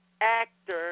Actor